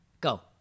Go